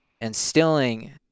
instilling